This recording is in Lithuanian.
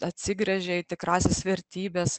atsigręžė į tikrąsias vertybes